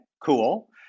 cool